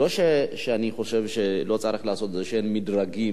לא שאני חושב שלא צריך לעשות את זה, שאין מדרגים